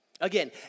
Again